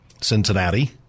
Cincinnati